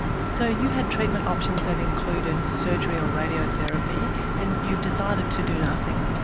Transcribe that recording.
so you had treatment options that included surgery or radiotherapy and you've decided to do nothing?